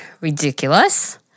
ridiculous